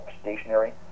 stationary